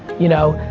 you know?